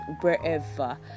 wherever